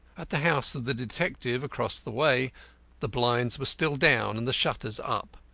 at the house of the detective across the way the blinds were still down and the shutters up.